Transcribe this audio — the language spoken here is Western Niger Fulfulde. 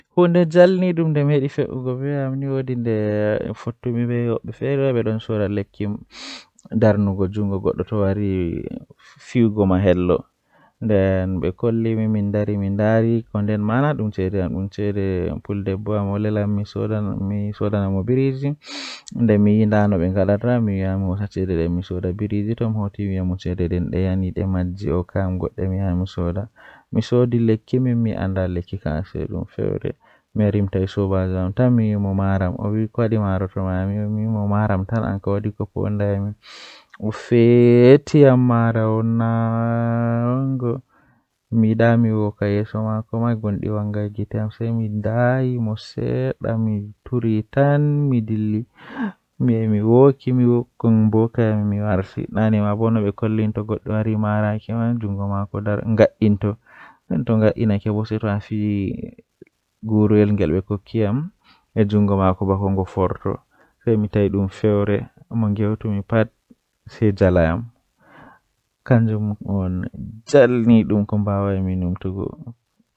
Babeeji mi yahi balaade do kannjum woni Mi waɗi fi fewndoode ko nder leydi ngal ko waɗi doole. Mi yiɗi wonde e baafal heɓude laawol ngol, ko miɗo yiɗi saama sabu o waɗi jeyɗi fiɗɗi nder ngal. Ko ɗum faama sabu o waɗi waawugol, kadi mi njogii sabu o waɗi jeyɗi.